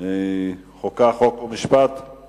החוץ והביטחון